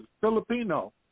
Filipino